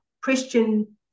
Christian